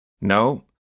No